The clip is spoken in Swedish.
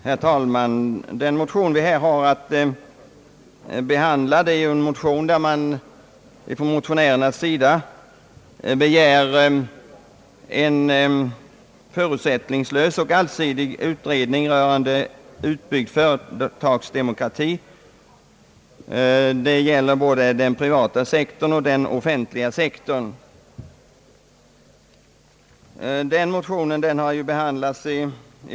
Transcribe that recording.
Herr talman! I de motioner vi här har att behandla begärs en förutsättningslös och allsidig utredning rörande utbyggd företagsdemokrati, såväl inom den privata sektorn som inom den of fentliga.